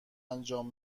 انجام